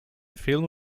film